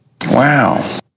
Wow